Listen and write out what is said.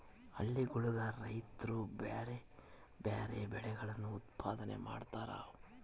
ಹಳ್ಳಿಗುಳಗ ರೈತ್ರು ಬ್ಯಾರೆ ಬ್ಯಾರೆ ಬೆಳೆಗಳನ್ನು ಉತ್ಪಾದನೆ ಮಾಡತಾರ